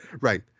Right